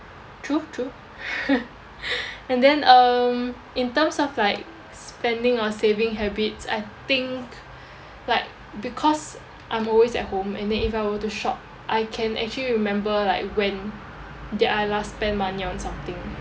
true true and then um in terms of like spending or saving habits I think like because I'm always at home and then if I were to shop I can actually remember like when did I last spend money on something